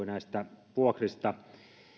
näistä vuokrista